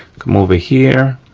come over here